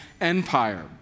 Empire